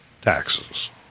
taxes